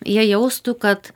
jie jaustų kad